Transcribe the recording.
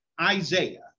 Isaiah